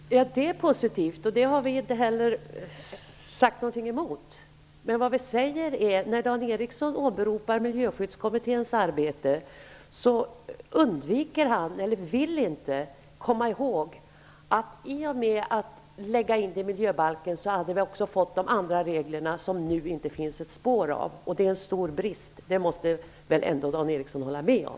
Fru talman! Ja, det är positivt. Vi har inte sagt emot på den punkten. Men när Dan Ericsson i Kolmården åberopar Miljöskyddskommitténs arbete vill han undvika att tala om att vi, om det här togs med i miljöbalken, skulle ha fått de andra reglerna, som det nu inte finns ett spår av. Detta är en stor brist. Det måste väl Dan Ericsson ändå hålla med om.